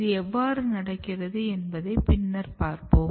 இது எவ்வாறு நடக்கிறது என்பதை பின்னர் பாப்போம்